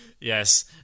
yes